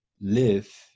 live